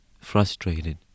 frustrated